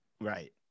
right